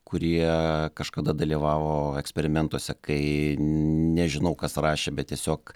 kurie kažkada dalyvavo eksperimentuose kai nežinau kas rašė bet tiesiog